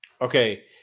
Okay